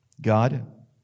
God